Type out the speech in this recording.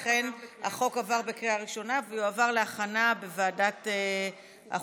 לכן החוק עבר בקריאה ראשונה ויועבר להכנה בוועדת החוקה.